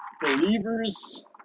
believers